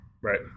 right